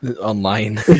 online